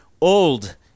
old